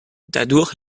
dadurch